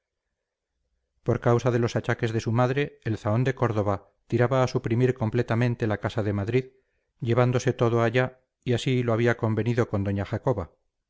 por causa de los achaques de su madre el zahón de córdoba tiraba a suprimir completamente la casa de madrid llevándose todo allá y así lo había convenido con doña jacoba